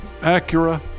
Acura